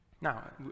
Now